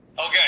Okay